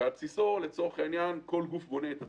שעל בסיסו כל גוף בונה את עצמו.